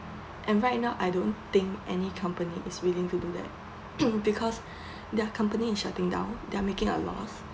and right now I don't think any company is willing to do that because their company is shutting down they are making a loss